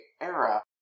era